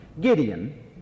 Gideon